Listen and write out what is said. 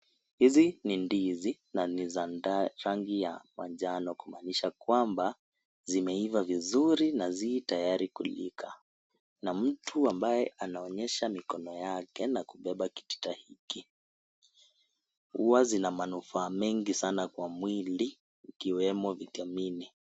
Hizi ni ndizi na ni za rangi ya manjano, kumanisha kwamba zimeiva vizuri na si tayari kulika, na mtu ambaye anaonyesha mikono yake na kubeba kitita hiki, huwa zina manufaa mengi sana kwa mwili ikiwemo vitamin .